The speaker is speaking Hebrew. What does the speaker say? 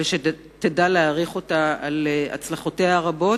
ושתדע להעריך אותה על הצלחותיה הרבות.